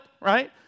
right